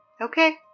Okay